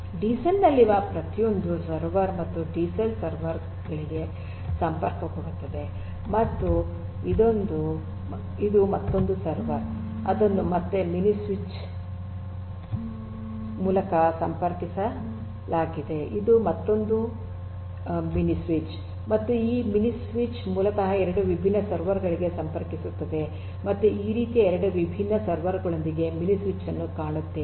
diesel ನಲ್ಲಿನ ಪ್ರತಿಯೊಂದು server ಮತ್ತೊಂದು ಡಿಸೆಲ್ ಸರ್ವರ್ ಗೆ ಸಂಪರ್ಕಗೊಳ್ಳುತ್ತದೆ ಇದು ಮತ್ತೊಂದು ಸರ್ವರ್ ಅದನ್ನು ಮತ್ತೆ ಮಿನಿ ಸ್ವಿಚ್ ಮೂಲಕ ಸಂಪರ್ಕಿಸಲಾಗುತ್ತದೆ ಇದು ಮತ್ತೊಂದು ಮಿನಿ ಸ್ವಿಚ್ ಮತ್ತು ಈ ಮಿನಿ ಸ್ವಿಚ್ ಮೂಲತಃ ಎರಡು ವಿಭಿನ್ನ ಸರ್ವರ್ ಗಳಿಗೆ ಸಂಪರ್ಕಿಸುತ್ತದೆ ಮತ್ತೆ ಈ ರೀತಿಯ ಎರಡು ವಿಭಿನ್ನ ಸರ್ವರ್ ಗಳೊಂದಿಗೆ ಮಿನಿ ಸ್ವಿಚ್ ನನ್ನು ಕಾಣುತ್ತೇವೆ